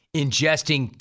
ingesting